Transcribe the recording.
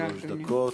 שלוש דקות.